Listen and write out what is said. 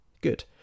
good